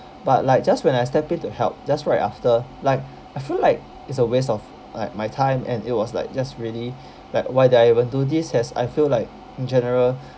but like just when I stepped in to help just right after like I feel like it's a waste of my my time and it was like just really like why did I even do this as I feel like in general